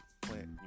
plant